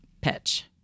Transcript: pitch